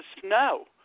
snow